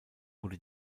wurde